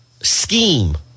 scheme